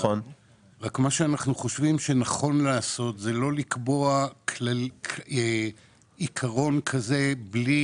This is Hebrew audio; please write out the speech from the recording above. רק מה שאנחנו חושבים שנכון לעשות זה לא לקבוע עיקרון כזה בלי,